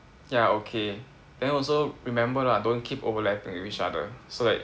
ya okay then also remember lah don't keep overlapping with each other so like